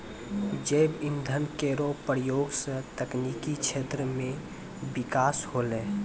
जैव इंधन केरो प्रयोग सँ तकनीकी क्षेत्र म बिकास होलै